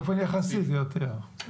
באופן יחסי זה יותר.